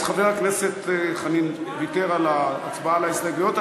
אז חבר הכנסת חנין ויתר על ההצבעה על ההסתייגויות.